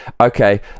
okay